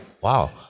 Wow